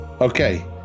okay